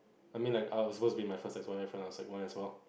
I mean like I was supposed to be my first S_Y_F and I was sec one as well